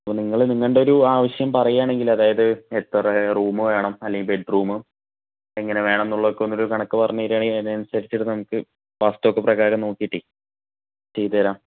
അപ്പോ നിങ്ങള് നിങ്ങളുടെ ഒരു ആവശ്യം പറയുകയാണെങ്കിൽ അതായത് എത്ര റൂം വേണം അല്ലെങ്കിൽ ബെഡ്റൂം എങ്ങനെ വേണമെന്ന് ഉള്ള ഒക്കെയുള്ള ഒരു കണക്കു പറഞ്ഞു തരികയാണെങ്കിൽ അതനുസരിച്ചിട്ട് നമുക്ക് വാസ്തു ഒക്കെ പ്രകാരം നോക്കിയിട്ട് ചെയ്തുതരാം